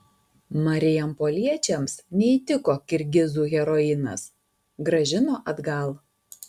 marijampoliečiams neįtiko kirgizų heroinas grąžino atgal